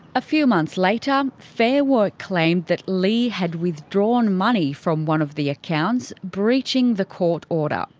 a few months later fair work claimed that leigh had withdrawn money from one of the accounts, breaching the court order.